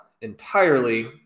entirely